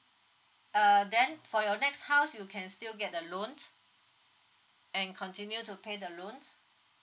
uh then for your next house you can still get the loans and continue to pay the loans